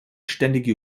ständige